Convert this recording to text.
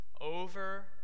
over